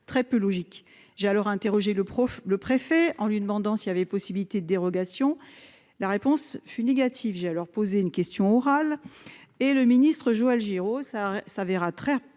très peu logique j'alors interrogé le prof. Le préfet en lui demandant s'il y avait possibilité de dérogation. La réponse fut négative ai à leur poser une question orale et le ministre Joël Giraud ça s'avéra très